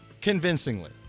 convincingly